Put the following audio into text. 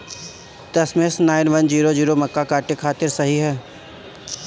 दशमेश nine one zero zero मक्का काटे खातिर सही ह?